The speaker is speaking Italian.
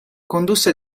condusse